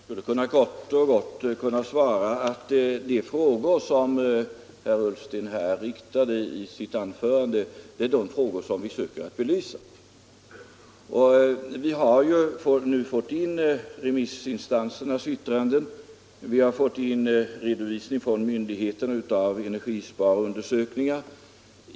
Herr talman! Jag skulle kort och gott kunna svara att de frågor herr Ullsten tog upp i sitt anförande är de frågor som vi söker belysa. Vi har nu fått in remissinstansernas yttranden och redovisning från myndigheter av energisparundersökningar.